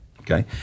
Okay